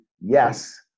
yes